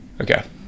Okay